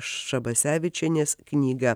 šabasevičienės knygą